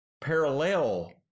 parallel